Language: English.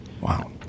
Wow